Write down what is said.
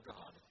God